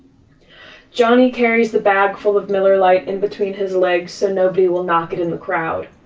johnny carries the bag full of miller lite in-between his legs so nobody will knock it in the crowd.